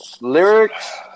lyrics